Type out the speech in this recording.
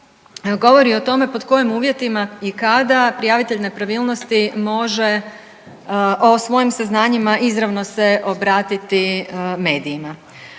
govori o tome pod kojim uvjetima i kada prijavitelj nepravilnosti može o svojim saznanjima izravno se obratiti medijima